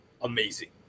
amazing